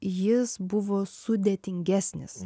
jis buvo sudėtingesnis